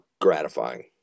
gratifying